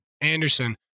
anderson